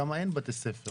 שם אין בתי ספר.